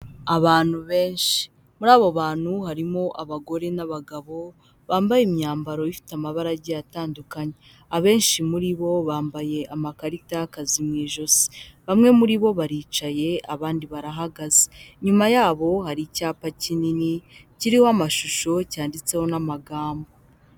Abantu benshi, muri abo bantu harimo abagore n'abagabo bambaye imyambaro ifite amabarage atandukanye abenshi muri bo bambaye amakarita y'akazi mu ijosi bamwe muri bo baricaye abandi barahagaze, inyuma yabo hari icyapa kinini kirimo amashusho cyanditseho n'amagambo.